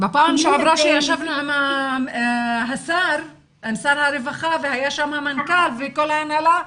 בפעם שעברה שישבנו עם שר הרווחה והיה שם המנכ"ל וכל ההנהלה,